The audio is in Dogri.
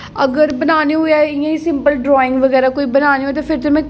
अगर बनाने होन इ'यां इसी ब ड्राइंग बगैरा कोई बनानी होए फ्ही ते में